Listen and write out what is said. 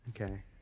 Okay